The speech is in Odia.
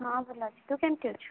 ହଁ ଭଲ ଅଛି ତୁ କେମିତି ଅଛୁ